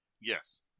Yes